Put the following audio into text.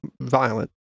violent